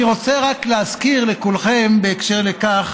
אני רוצה רק להזכיר לכולכם בהקשר לכך